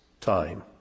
time